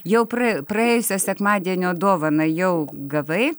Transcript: jau pra praėjusio sekmadienio dovaną jau gavai